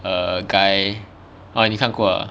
err guy orh 你看过了啊